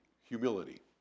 humility